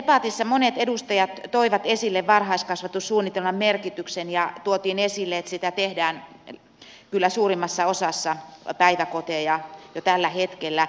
debatissa monet edustajat toivat esille varhaiskasvatussuunnitelman merkityksen ja tuotiin esille että sitä tehdään kyllä suurimmassa osassa päiväkoteja jo tällä hetkellä